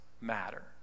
matter